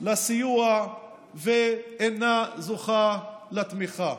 לסיוע ואינה זוכה לתמיכה?